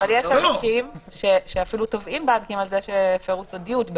יש אנשים שאפילו תובעים בנקים על זה שהפרו סודיות.